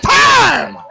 time